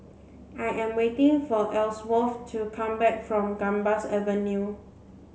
I am waiting for Elsworth to come back from Gambas Avenue